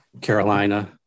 Carolina